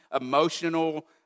emotional